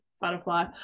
butterfly